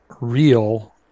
real